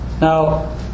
Now